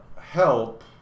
help